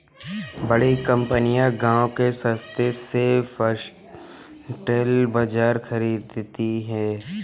बड़ी कंपनियां गांव से सस्ते में फॉक्सटेल बाजरा खरीदती हैं